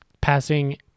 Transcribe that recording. passing